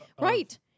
Right